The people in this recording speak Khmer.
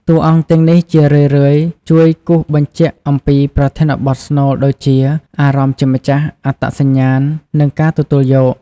តួអង្គទាំងនេះជារឿយៗជួយគូសបញ្ជាក់អំពីប្រធានបទស្នូលដូចជា អារម្មណ៍ជាម្ចាស់ អត្តសញ្ញាណ និងការទទួលយក។